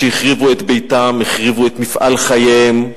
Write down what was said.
כשהחריבו את ביתם, החריבו את מפעל חייהם,